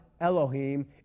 Elohim